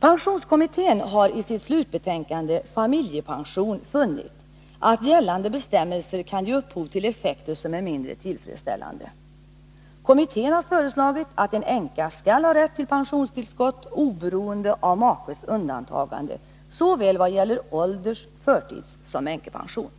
Pensionskommittén har i sitt slutbetänkande Familjepension funnit att gällande bestämmelser kan ge upphov till effekter som är mindre tillfredsställande. Kommittén har föreslagit att en änka skall ha rätt till pensionstillskott oberoende av makes undantagande såväl vad gäller ålders-, förtidssom änkepension.